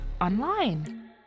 online